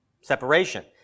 separation